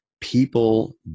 People